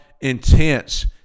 intense